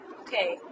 Okay